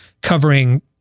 covering